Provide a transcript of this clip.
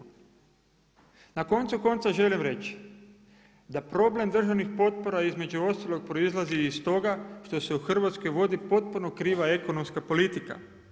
Na koncu konce želim reći, da problem državnih potpora između ostalog proizlazi i iz toga što se u Hrvatskoj vodi potpuno kriva ekonomska politika.